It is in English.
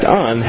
on